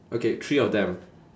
okay three of them